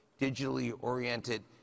digitally-oriented